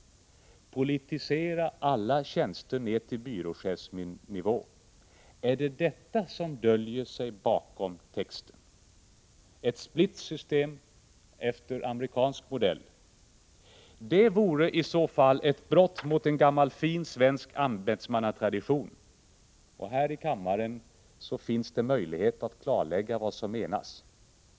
Politisera alla tjänster ner till byråchefsnivå! Är det detta — ett split system efter amerikansk modell — som döljer sig bakom texten? Det vore i så fall ett brott mot en gammal fin svensk ämbetsmannatradition. Här i kammaren finns möjlighet att klarlägga vad som menas.